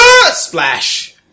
Splash